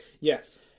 Yes